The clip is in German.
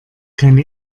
keine